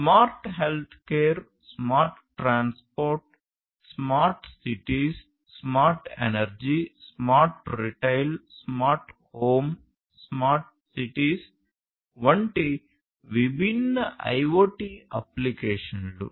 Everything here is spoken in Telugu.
smart health care smart transport smart cities smart energy smart retail smart home smart cities వంటి విభిన్న ఐయోటి అప్లికేషన్లు